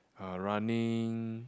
uh running